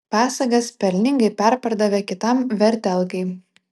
pasagas pelningai perpardavė kitam vertelgai